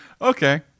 Okay